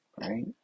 Right